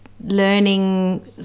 learning